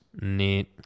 Neat